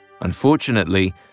Unfortunately